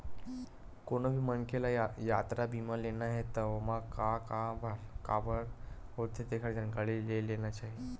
कोनो भी मनखे ल यातरा बीमा लेना हे त ओमा का का कभर होथे तेखर जानकारी ले लेना चाही